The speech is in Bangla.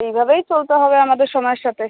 এইভাবেই চলতে হবে আমাদের সময়ের সাথে